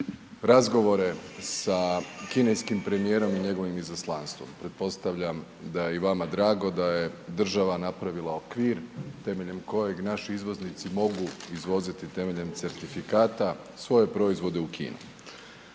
razgovore sa kineskim premijerom i njegovim izaslanstvom. Pretpostavljam da je i vama drago da je država napravila okvir temeljem kojeg naši izvoznici mogu izvoziti temeljem certifikata svoje proizvode u Kinu.